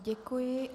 Děkuji.